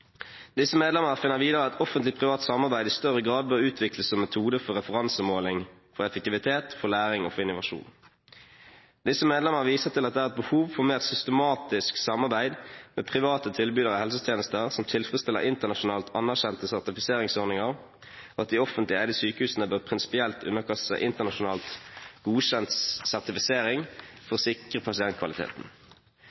finner videre at offentlig–privat samarbeid i større grad bør utvikles som metode for referansemåling for effektivitet, for læring og for innovasjon. Høyre og Fremskrittspartiet viser til at det er behov for et mer systematisk samarbeid med private tilbydere av helsetjenester som tilfredsstiller internasjonalt anerkjente sertifiseringsordninger, og at de offentlig eide sykehusene bør prinsipielt underkaste seg internasjonalt godkjent sertifisering for